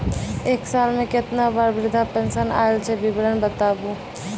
एक साल मे केतना बार वृद्धा पेंशन आयल छै विवरन बताबू?